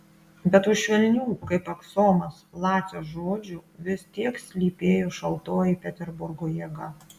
bet už švelnių kaip aksomas lacio žodžių vis tiek slypėjo šaltoji peterburgo jėga